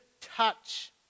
touch